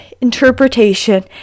interpretation